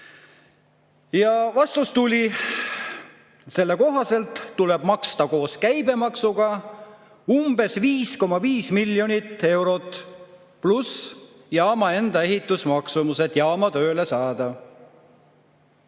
Ja vastus tuli. Selle kohaselt tuleb maksta koos käibemaksuga umbes 5,5 miljonit eurot, pluss jaama enda ehitusmaksumus, et jaam tööle saada.